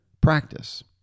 practice